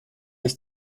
ich